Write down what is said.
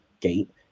gate